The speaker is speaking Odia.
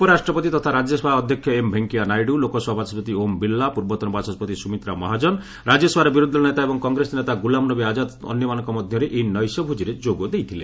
ଉପରାଷ୍ଟ୍ରପତି ତଥା ରାଜ୍ୟସଭା ଅଧ୍ୟକ୍ଷ ଏମ୍ ଭେଙ୍କିୟା ନାଇଡୁ ଲୋକସଭା ବାଚସ୍କତି ଓମ୍ ବିର୍ଲା ପୂର୍ବତନ ବାଚସ୍କତି ସ୍ୱମିତ୍ରା ମହାଜନ ରାଜ୍ୟସଭାର ବିରୋଧି ଦଳ ନେତା ଏବଂ କଂଗ୍ରେସ ନେତା ଗ୍ରୁଲାମ ନବୀ ଆକାଦ ଅନ୍ୟମାନଙ୍କ ମଧ୍ୟରେ ଏହି ନୈଶଭୋଜିରେ ଯୋଗ ଦେଇଥିଲେ